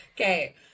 Okay